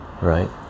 right